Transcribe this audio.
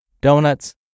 donuts